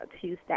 tuesday